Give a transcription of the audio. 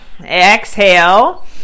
Exhale